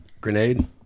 Grenade